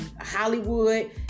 Hollywood